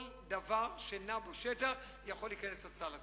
כל דבר שנע בשטח יכול להיכנס לסל הזה.